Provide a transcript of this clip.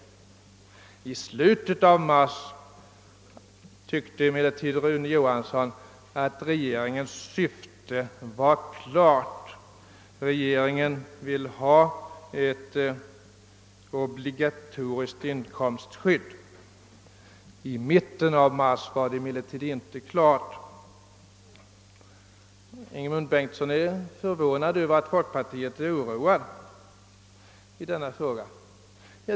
I slutet av mars tyckte han emellertid att regeringens syfte var klart, regeringen vill ha ett obligatoriskt inkomstskydd. Herr Bengtsson i Varberg är förvånad över att folkpartiet är oroat i denna fråga.